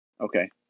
Okay